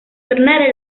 tornare